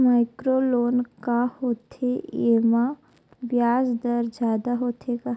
Micro loan का होथे येमा ब्याज दर जादा होथे का?